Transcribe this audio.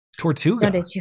Tortuga